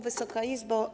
Wysoka Izbo!